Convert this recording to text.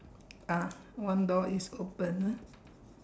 ah one door is open ah